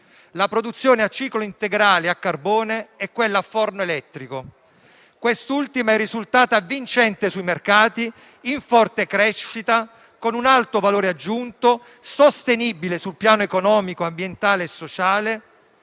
la produzione a ciclo integrale a carbone e quella a forno elettrico. Quest'ultima è risultata vincente sui mercati, in forte crescita, con un alto valore aggiunto, sostenibile sul piano economico, ambientale e sociale.